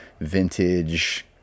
vintage